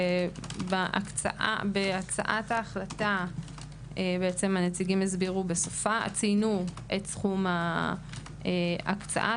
בהצעת ההחלטה הנציגים ציינו בסופה את סכום ההקצאה,